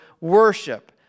Worship